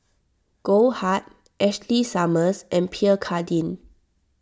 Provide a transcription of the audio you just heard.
Goldheart Ashley Summers and Pierre Cardin